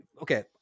okay